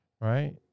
right